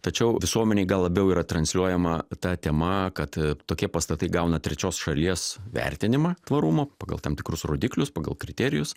tačiau visuomenei gal labiau yra transliuojama ta tema kad tokie pastatai gauna trečios šalies vertinimą tvarumo pagal tam tikrus rodiklius pagal kriterijus